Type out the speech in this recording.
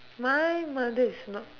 my mother is not